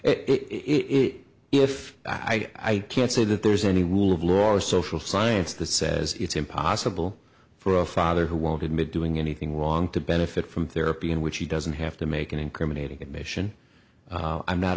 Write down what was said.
and it if i can't say that there's any will of law or social science the says it's impossible for a father who won't admit doing anything wrong to benefit from therapy in which he doesn't have to make an incriminating admission i'm not